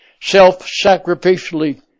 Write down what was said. self-sacrificially